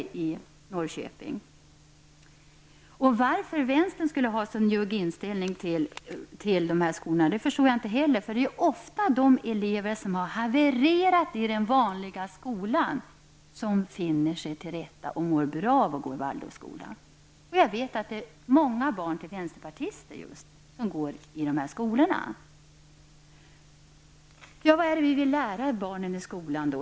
Jag förstår inte varför vänstern har en så njugg inställning till dessa skolor. Det är ju ofta de elever som har havererat i den vanliga skolan som finner sig till rätta och mår bra av att gå i Waldorfskolan. Jag vet också att många barn till föräldrar som är vänsterpartister går i dessa skolor. Vad vill vi då lära barnen i skolan?